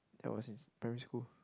that was in primary school